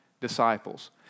disciples